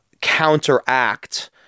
counteract